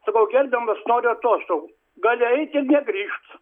sakau gerbiamas noriu atostogų gali eit ir negrįžtų